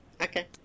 Okay